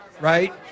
right